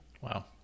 Wow